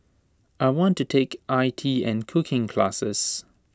I want to take IT and cooking classes